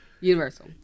Universal